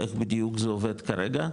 איך בדיוק זה עובד כרגע,